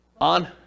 On